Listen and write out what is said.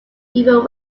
even